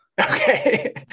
Okay